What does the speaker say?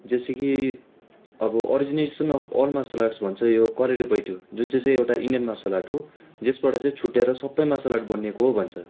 जैसे कि अब origination of all martial art भन्छ यो कलरियापयट्टु हो जुन चाहिँ चाहिँ एउटा इन्डियन मार्सल आर्ट हो जसबाट चाहिँ छुटिएर सबै मार्सल आर्ट बनिएको हो भन्छ